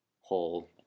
whole